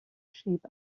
sheep